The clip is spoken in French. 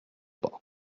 pas